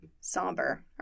Somber